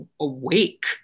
awake